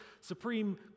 Supreme